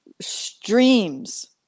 streams